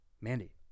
Mandy